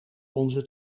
onze